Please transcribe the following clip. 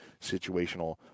situational